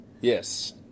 Yes